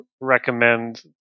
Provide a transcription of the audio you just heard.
recommend